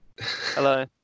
hello